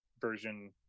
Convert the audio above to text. version